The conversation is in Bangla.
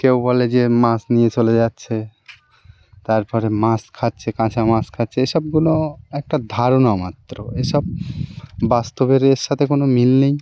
কেউ বলে যে মাছ নিয়ে চলে যাচ্ছে তার পরে মাছ খাচ্ছে কাঁচা মাছ খাচ্ছে এ সবগুলো একটা ধারণা মাত্র এ সব বাস্তবের এর সাথে কোনো মিল নেই